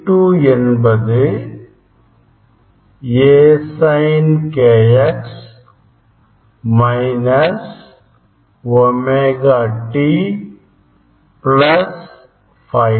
Y2 என்பது A Sin kx minus omega t plus Φ 2